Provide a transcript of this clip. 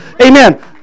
amen